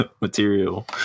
material